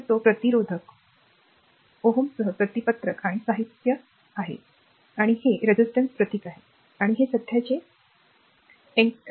तर तो प्रतिरोधक rho सह परिपत्रक आणि साहित्य आहे आणि हे प्रतिरोधचे प्रतीक आहे आणि हे सध्याचे प्रवेश आहे ते आहे बरोबर